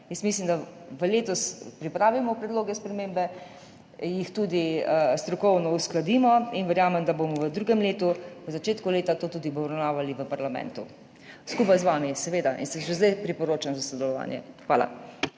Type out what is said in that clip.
Mislim, da letos pripravimo predloge spremembe, jih tudi strokovno uskladimo, in verjamem, da bomo v drugem letu na začetku leta to tudi obravnavali v parlamentu, skupaj z vami, seveda, in se že zdaj priporočam za sodelovanje. Hvala.